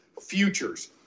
futures